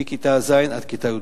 מכיתה ז' עד כיתה י"ב.